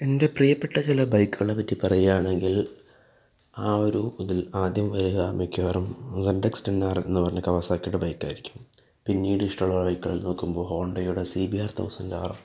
എൻ്റെ പ്രിയപ്പെട്ട ചില ബൈക്കുകളെ പറ്റി പറയാണെങ്കിൽ ആ ഒരു ഇതിൽ ആദ്യം വരിക മിക്കവാറും റെഡ്ഡെക്സ് ടെൻ ആർ എൻ എന്നു പറഞ്ഞാൽ കാവാസാക്കിയുടെ ബൈക്കായിരിക്കും പിന്നീട് ഇഷ്ടമുള്ള ബൈക്കുകൾ നോക്കുമ്പോൾ ഹോണ്ടയുടെ C B R thousand R